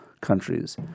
countries